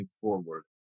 forward